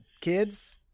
Kids